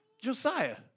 Josiah